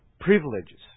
privileges